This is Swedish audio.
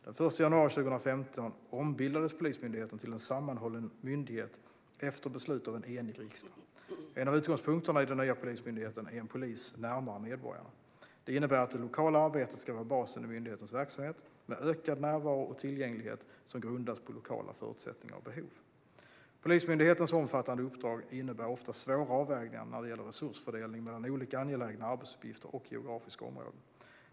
Den 1 januari 2015 ombildades Polismyndigheten till en sammanhållen myndighet efter beslut av en enig riksdag. En av utgångspunkterna i den nya Polismyndigheten är en polis närmare medborgarna. Det innebär att det lokala arbetet ska vara basen i myndighetens verksamhet, med ökad närvaro och tillgänglighet som grundas på lokala förutsättningar och behov. Polismyndighetens omfattande uppdrag innebär ofta svåra avvägningar när det gäller resursfördelning mellan olika angelägna arbetsuppgifter och geografiska områden.